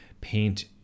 paint